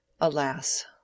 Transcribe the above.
Alas